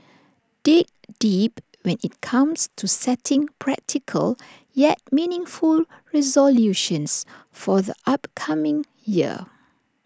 dig deep when IT comes to setting practical yet meaningful resolutions for the upcoming year